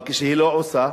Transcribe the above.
אבל כשהיא לא עושה,